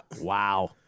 Wow